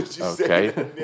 Okay